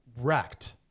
wrecked